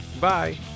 Bye